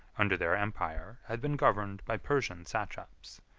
under their empire, had been governed by persian satraps,